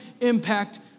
impact